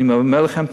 אני אומר לכם,